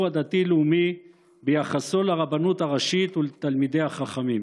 הדתי-לאומי ביחסו לרבנות הראשית ולתלמידי החכמים.